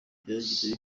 byagize